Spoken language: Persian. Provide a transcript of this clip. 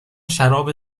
شراب